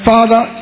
Father